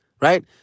right